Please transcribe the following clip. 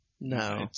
No